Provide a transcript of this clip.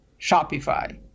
Shopify